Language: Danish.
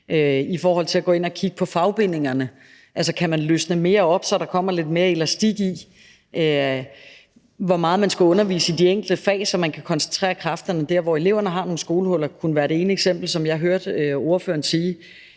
i forhold til at gå ind at kigge på fagbindingerne – altså kan man løsne mere op, så der kommer lidt mere elastik i, og hvor meget man skal undervise i de enkelte fag, så man kan koncentrere kræfterne der, hvor eleverne har nogle skolehuller? – kunne være det ene eksempel. Et andet eksempel